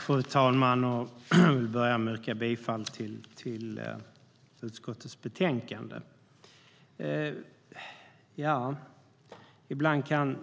Fru talman! Jag vill börja med att yrka bifall till utskottets förslag i betänkandet. Ibland kan